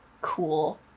cool